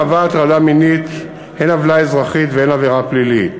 הטרדה מינית היא הן עוולה אזרחית והן עבירה פלילית.